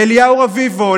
לאליהו רביבו,